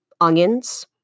onions